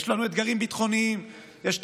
יש לנו אתגרים ביטחוניים יש את